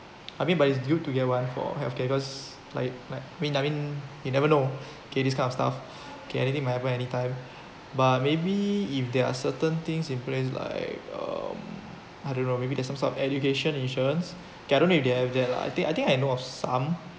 I mean but it's good to get one for healthcare because like like I mean I mean you never know okay this kind of stuff okay anything might happen anytime but maybe if there are certain things in place like uh I don't know maybe there's some sort of education insurances okay I don't know if they have that lah I think I think I know of some